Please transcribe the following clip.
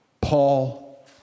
Paul